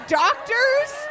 doctor's